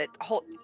Hold